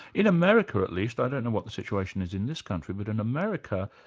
in america at least, i don't know what the situation is in this country, but in america,